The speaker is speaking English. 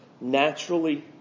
naturally